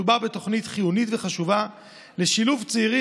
מדובר בתוכנית חיונית וחשובה לשילוב צעירים